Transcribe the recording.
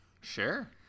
Sure